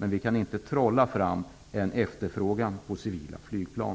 här. Vi kan inte, dess värre, trolla fram en efterfrågan på civila flygplan.